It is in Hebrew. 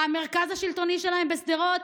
המרכז השלטוני שלהם בשדרות,